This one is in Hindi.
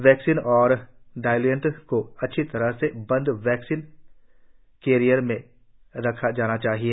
वैक्सीन और डाइल्यूएंट्स को अच्छी तरह से बंद वैक्सीन कैरियर के अंदर रखा जाना चाहिए